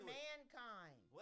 mankind